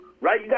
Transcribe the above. right